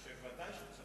ודאי שהוא צדק.